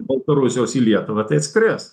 baltarusijos į lietuvą tai atskris